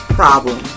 problem